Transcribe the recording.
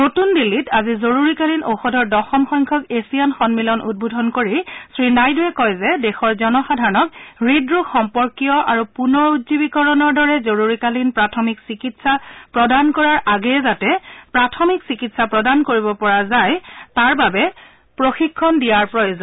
নতুন দিল্লীত আজি জৰুৰীকালীন ঔষধৰ দশম সংখ্যক এছিয়ান সন্মিলন উদ্বোধন কৰি শ্ৰী নাইডুৱে কয় যে দেশৰ জনসাধাৰণক হৃদৰোগ সম্পৰ্কীয় আৰু পুনৰুজীৱিতকৰণৰ দৰে জৰুৰীকালীন প্ৰাথমিক চিকিৎসা প্ৰদান কৰাৰ আগেয়ে যাতে প্ৰাথমিক চিকিৎসা প্ৰদান কৰিব পৰা যায় তাৰ বাবে প্ৰশিক্ষণ দিয়াৰ প্ৰয়োজন